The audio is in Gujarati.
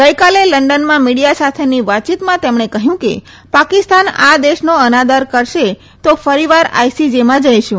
ગઈરાત્રે લંડનમાં મીડિયા સાથેની વાતચીતમાં તેમણે કહ્યું કે પાકિસ્તાન આ દેશનો અનાદર કરશે તો ફરીવાર આઈસી જેમાં જઈશું